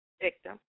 victim